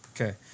Okay